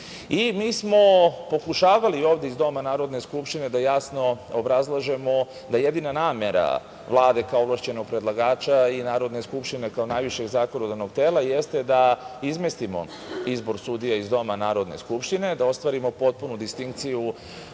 smo pokušavali ovde iz doma Narodne skupštine da jasno obrazložimo da jedina namera Vlade, kao ovlašćenog predlagača i Narodne skupštine kao najvišeg zakonodavnog tela, jeste da izmestimo izbor sudija iz doma Narodne skupštine, da ostvarimo potpunu distinkciju